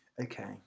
Okay